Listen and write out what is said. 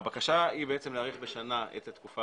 הקשה היא להאריך בשנה את התקופה